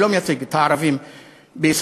הוא לא מייצג את הערבים בישראל.